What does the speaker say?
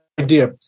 idea